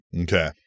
okay